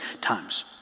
times